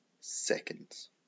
seconds